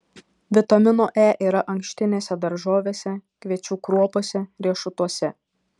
vitamino e yra ankštinėse daržovėse kviečių kruopose riešutuose